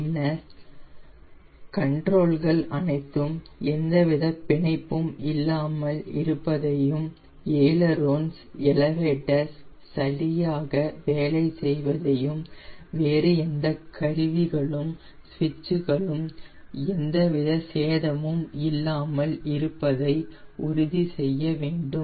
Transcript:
பின்னர் கண்ட்ரோல்கள் அனைத்தும் எந்தவித பிணைப்பும் இல்லாமல் இருப்பதையும் எய்லேரான்ஸ் எலவேட்டர்ஸ் சரியாக வேலை செய்வதையும் வேறெந்த கருவிகளும் சுவிட்ச் களும் எந்தவித சேதமும் இல்லாமல் இருப்பதை உறுதி செய்ய வேண்டும்